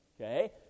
okay